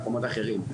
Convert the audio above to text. ממקומות אחרים.